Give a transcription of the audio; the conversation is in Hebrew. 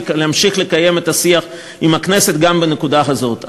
להמשיך לקיים את השיח עם הכנסת גם בנקודה הזאת.